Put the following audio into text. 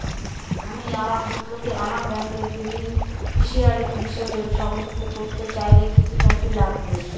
আমি আমার পুত্রকে আমার ব্যাংকের বেনিফিসিয়ারি হিসেবে সংযুক্ত করতে চাইলে কি কী নথি লাগবে?